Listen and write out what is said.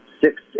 six